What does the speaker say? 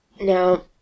now